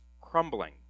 crumbling